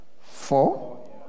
Four